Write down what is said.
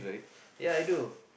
ya I do